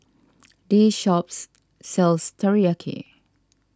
this shop sells Teriyaki